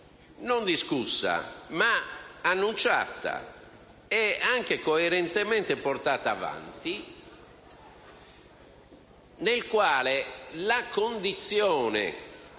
non discussa, ma annunciata ed anche coerentemente portata avanti, nella quale la condizione